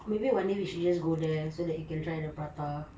maybe one day we just go there so that you can try the prata